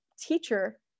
teacher